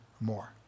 more